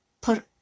put